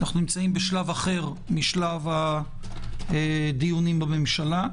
אנו נמצאים בשלב אחר משלב הדיונים בממשלה,